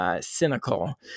cynical